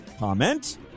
comment